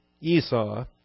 Esau